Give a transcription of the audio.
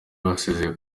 wasezeye